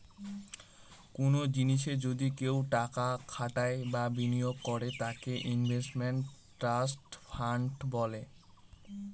কোনো জিনিসে যদি কেউ টাকা খাটায় বা বিনিয়োগ করে তাকে ইনভেস্টমেন্ট ট্রাস্ট ফান্ড বলে